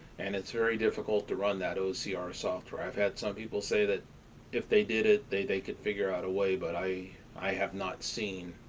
and it's very difficult to run that ocr ah software. i've had some people say that if they did it they they could figure out a way, but i i have not seen